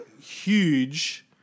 huge